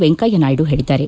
ವೆಂಕಯ್ಯನಾಯ್ಲು ಹೇಳಿದ್ದಾರೆ